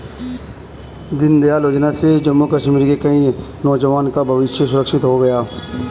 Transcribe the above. दीनदयाल योजना से जम्मू कश्मीर के कई नौजवान का भविष्य सुरक्षित हो गया